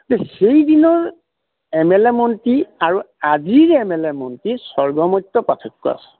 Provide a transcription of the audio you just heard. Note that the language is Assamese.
কিন্তু সেইদিনৰ এম এল এ মন্ত্ৰী আৰু আজিৰ এম এল এ মন্ত্ৰী স্বৰ্গ মত্য পাৰ্থক্য আছে